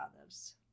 others